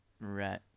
Right